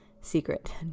secret